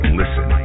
listen